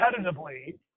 competitively